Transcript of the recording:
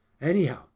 anyhow